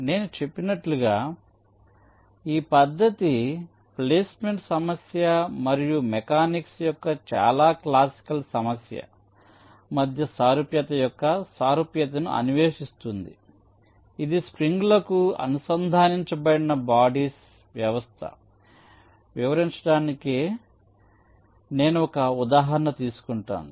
నేను చెప్పినట్లుగా ఈ పద్ధతి ఇది ప్లేస్మెంట్ సమస్య మరియు మెకానిక్స్ యొక్క చాలా క్లాసికల్ సమస్య మధ్య సారూప్యత యొక్క సారూప్యతను అన్వేషిస్తుంది ఇది స్ప్రింగ్లకు అనుసంధానించబడిన బాడీస్ వ్యవస్థ వివరించడానికి నేను ఒక ఉదాహరణ తీసుకుంటాను